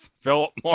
Philip